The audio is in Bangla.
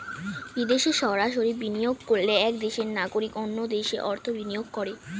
বিদেশে সরাসরি বিনিয়োগ করলে এক দেশের নাগরিক অন্য দেশে অর্থ বিনিয়োগ করে